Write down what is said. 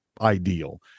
ideal